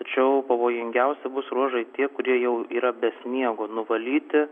tačiau pavojingiausi bus ruožai tie kurie jau yra be sniego nuvalyti